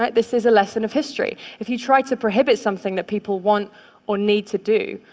like this is a lesson of history. if you try to prohibit something that people want or need to do,